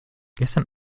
gestern